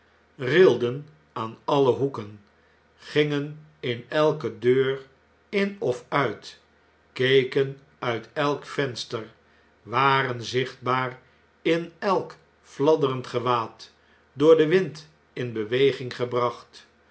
rilden aan alle hoeken gingen in elke deur in of uit keken uit elk venster waren zichtbaar in elkfladderend gewaad door den wind in beweging gebracht